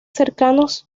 cercanos